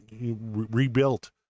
rebuilt